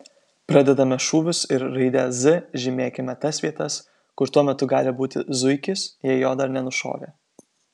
pradedame šūvius ir raide z žymėkime tas vietas kur tuo metu gali būti zuikis jei jo dar nenušovė